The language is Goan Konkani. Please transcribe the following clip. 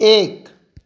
एक